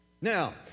Now